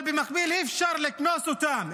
אבל במקביל אי-אפשר לקנוס אותם,